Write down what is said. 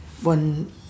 one